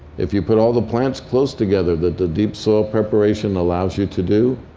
if you put all the plants close together that the deep soil preparation allows you to do,